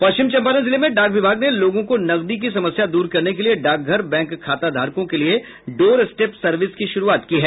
पश्चिम चंपारण जिले में डाक विभाग ने लोगों को नकदी की समस्या दूर करने के लिये डाकघर बैंक खाता धारकों के लिये डोर स्टेप सर्विस की शुरूआत की है